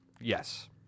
Yes